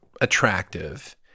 attractive